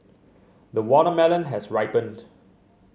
the watermelon has ripened